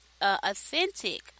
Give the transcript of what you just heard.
authentic